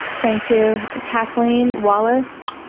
thank you. kathleen wallace.